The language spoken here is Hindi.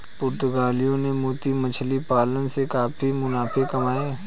पुर्तगालियों ने मोती मछली पालन से काफी मुनाफे कमाए